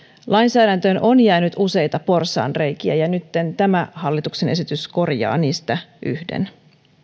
lainsäädäntöön on jäänyt useita porsaanreikiä ja nytten tämä hallituksen esitys korjaa niistä yhden